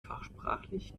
fachsprachlich